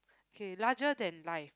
okay larger than life